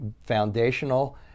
foundational